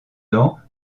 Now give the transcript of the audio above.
dans